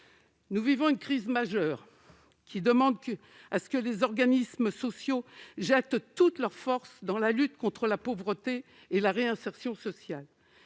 Nous vivons une crise majeure, qui exige que les organismes sociaux jettent toutes leurs forces dans la lutte contre la pauvreté et pour la réinsertion sociale